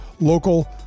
local